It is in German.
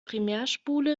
primärspule